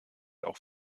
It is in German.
auch